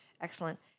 excellent